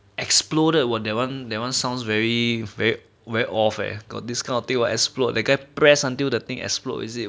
exploded !wah! that one sounds very very off eh if this kind of thing !wah! like explode that guy pressed until the thing explode is it